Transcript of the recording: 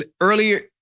earlier